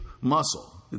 muscle